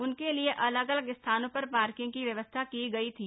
उनके लिए अलग अलग स्थानों पर पार्किंग की व्यवस्था की गई थी